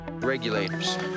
Regulators